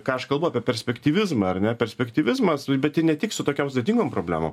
ką aš kalbu apie perspektyvizmą ar ne perspektyvizmas bet tai ne tik su tokiom sudėtingom problemom